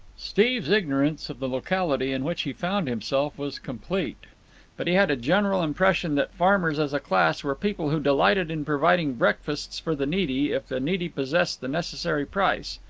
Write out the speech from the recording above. steve's ignorance of the locality in which he found himself was complete but he had a general impression that farmers as a class were people who delighted in providing breakfasts for the needy, if the needy possessed the necessary price.